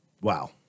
Wow